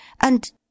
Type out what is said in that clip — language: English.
and—